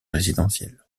résidentiels